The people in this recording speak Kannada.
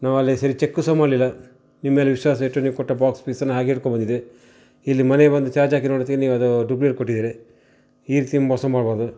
ನಾವು ಅಲ್ಲಿ ಸರಿ ಚೆಕ್ಕು ಸಹ ಮಾಡಲಿಲ್ಲ ನಿಮ್ಮೇಲೆ ವಿಶ್ವಾಸ ಇಟ್ಟು ನೀವು ಕೊಟ್ಟ ಬಾಕ್ಸ್ ಪೀಸನ್ನು ಅನ್ನು ಹಾಗೆ ಇದ್ಕೊಂಡು ಬಂದಿದ್ದೇವೆ ಇಲ್ಲಿ ಮನೆ ಬಂದು ಚಾರ್ಜ್ ಹಾಕಿ ನೋಡ್ತೀವಿ ನೀವು ಅದು ಡೂಪ್ಲಿಕೇಟ್ ಕೊಟ್ಟಿದ್ದೀರಿ ಈ ರೀತಿ ಮೋಸ ಮಾಡ್ಬಾರ್ದು